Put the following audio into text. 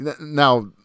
Now